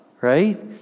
Right